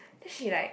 then she like